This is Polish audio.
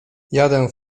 jadę